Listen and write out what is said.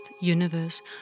universe